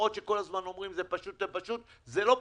למרות שכל הזמן אומרים שזה פשוט זה לא פשוט,